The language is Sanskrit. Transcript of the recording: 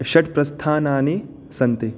षट्प्रस्थानानि सन्ति